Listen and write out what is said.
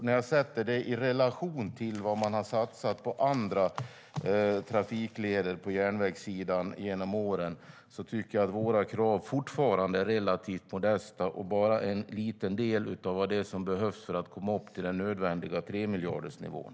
När jag sätter det i relation till vad man har satsat på andra trafikleder på järnvägssidan genom åren tycker jag att våra krav fortfarande är relativt modesta. Det är bara en liten del av vad som behövs för att komma upp till den nödvändiga tremiljardersnivån.